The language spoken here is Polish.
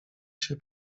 się